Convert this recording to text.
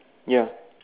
ya